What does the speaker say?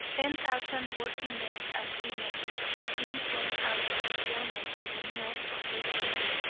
ten thousand workingmen and women have been thrown out of employment by the mills of this city,